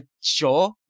Sure